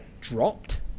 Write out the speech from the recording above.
dropped